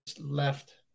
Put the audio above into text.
left